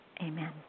Amen